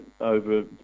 over